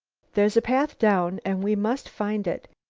there's a path down and we must find it,